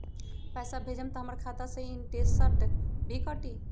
पैसा भेजम त हमर खाता से इनटेशट भी कटी?